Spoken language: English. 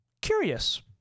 curious